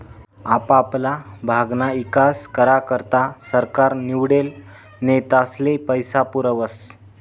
आपापला भागना ईकास करा करता सरकार निवडेल नेतास्ले पैसा पुरावस